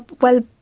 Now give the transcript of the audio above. well,